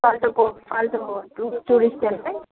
फाल्टोको फाल्टोको टुरिस्टहरूलाई